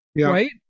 right